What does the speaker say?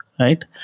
right